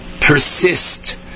persist